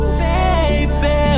baby